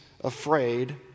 afraid